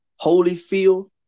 Holyfield